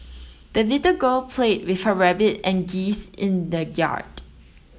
the little girl played with her rabbit and geese in the yard